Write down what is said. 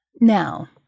Now